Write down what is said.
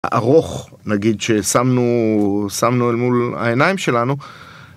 ארוך, נגיד, ששמנו אל מול העיניים שלנו.